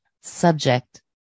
subject